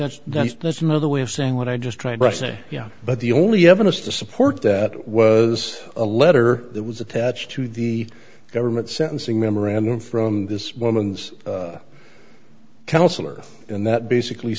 s that's that's another way of saying what i just tried to say yeah but the only evidence to support that was a letter that was attached to the government sentencing memorandum from this woman's counselor and that basically